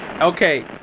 Okay